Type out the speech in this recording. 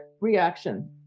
reaction